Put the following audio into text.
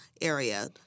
area